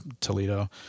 Toledo